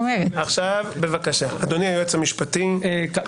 אדוני היועץ המשפטי, בבקשה.